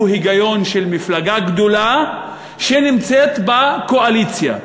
היגיון של מפלגה גדולה שנמצאת בקואליציה.